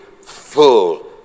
full